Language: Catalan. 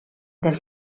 del